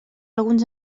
alguns